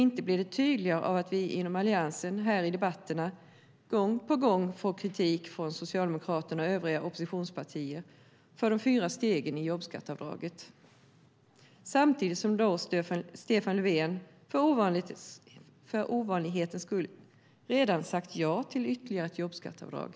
Inte blir det tydligare av att vi inom Alliansen i debatterna gång på gång får kritik från Socialdemokraterna och övriga oppositionspartier för de fyra stegen i jobbskatteavdraget samtidigt som Stefan Löfven för ovanlighetens skull redan sagt ja till ytterligare ett jobbskatteavdrag.